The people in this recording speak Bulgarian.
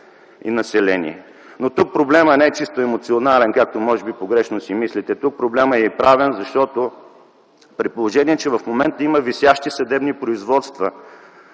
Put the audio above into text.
и население. Но тук проблемът не е чисто емоционален, както може би погрешно си мислите. Тук проблемът е и правен, защото при положение, че в момента има висящи съдебни производства